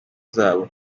zabo